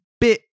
bit